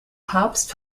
papst